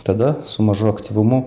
tada su mažu aktyvumu